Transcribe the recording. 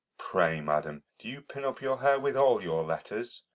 pray, madam, do you pin up your hair with all your letters?